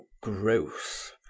gross